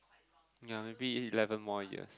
ya maybe eleven more years